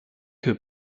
que